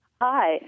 hi